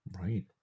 Right